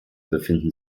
befinden